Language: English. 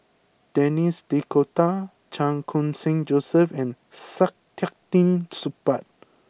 Denis D'Cotta Chan Khun Sing Joseph and Saktiandi Supaat